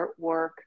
artwork